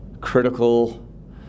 critical